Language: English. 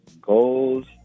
goals